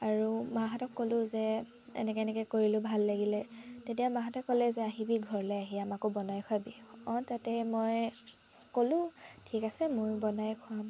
আৰু মাহঁতক ক'লো যে এনেকৈ এনেকৈ কৰিলো ভাল লাগিলে তেতিয়া মাহঁতে ক'লে যে আহিবি ঘৰলৈ আহি আমাকো বনাই খোৱাবি অঁ তাতে মই ক'লো ঠিক আছে মই বনাই খোৱাম